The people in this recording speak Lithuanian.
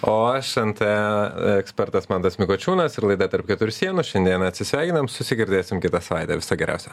o aš nt ekspertas mantas mikočiūnas ir laida tarp keturių sienų šiandieną atsisveikiname susigirdėsim kitą savaitę viso geriausio